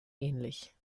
ähnlich